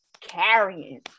carrying